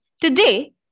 Today